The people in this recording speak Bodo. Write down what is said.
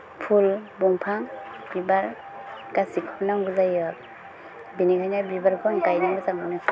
फुल दंफां बिबार गासिबखौबो नांगौ जायो बेनिखायनो बिबारखौ आं गायनो मोजां मोनो